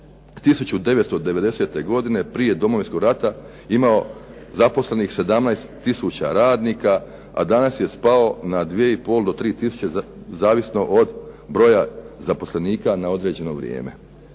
1990. godine prije Domovinskog rata imao zaposlenih 17 tisuća radnika, a danas je spao na 2,5 do 3 tisuće zavisno od broja zaposlenika na određeno vrijeme.